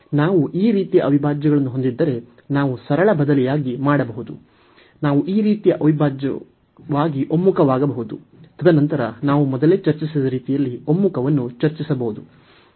ನಾವು ಈ ರೀತಿಯ ಅವಿಭಾಜ್ಯಗಳನ್ನು ಹೊಂದಿದ್ದರೆ ನಾವು ಸರಳ ಬದಲಿಯಾಗಿ ಮಾಡಬಹುದು ನಾವು ಈ ರೀತಿಯ ಅವಿಭಾಜ್ಯವಾಗಿ ಒಮ್ಮುಖವಾಗಬಹುದು ತದನಂತರ ನಾವು ಮೊದಲೇ ಚರ್ಚಿಸಿದ ರೀತಿಯಲ್ಲಿ ಒಮ್ಮುಖವನ್ನು ಚರ್ಚಿಸಬಹುದು